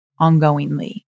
ongoingly